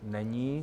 Není.